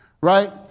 right